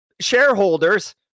shareholders